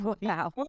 wow